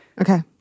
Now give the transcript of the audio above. okay